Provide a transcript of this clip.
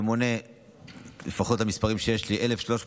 שמונה כ-1,350